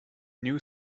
new